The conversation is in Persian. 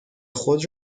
خود